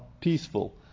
peaceful